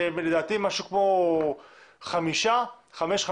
שהן לדעתי משהו כמו חמש חנויות,